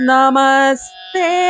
Namaste